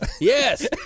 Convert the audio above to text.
Yes